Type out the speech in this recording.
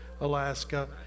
Alaska